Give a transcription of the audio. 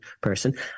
person